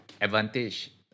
advantage